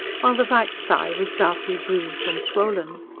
while the right thigh was darkly bruised and swollen.